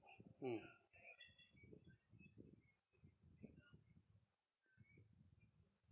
mm